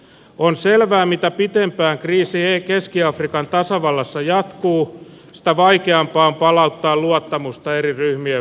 on selvää että mitä pitempään kriisi keski afrikan tasavallassa jatkuu sitä vaikeampaa on palauttaa luottamusta eri ryhmien välillä